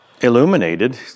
illuminated